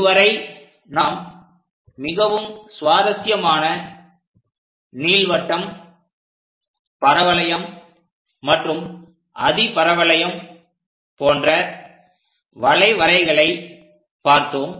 இதுவரை நாம் மிகவும் சுவாரஸ்யமான நீள்வட்டம் பரவளையம் மற்றும் அதிபரவளையம் போன்ற வளைவரைகளை பார்த்தோம்